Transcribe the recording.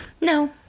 no